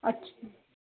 अच्छा